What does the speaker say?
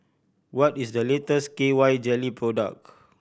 what is the latest K Y Jelly product